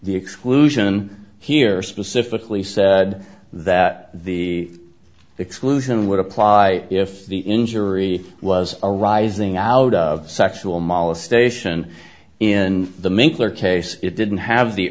the exclusion here specifically said that the exclusion would apply if the injury was arising out of sexual molestation in the make their case it didn't have the